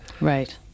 Right